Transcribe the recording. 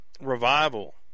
revival